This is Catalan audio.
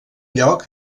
lloc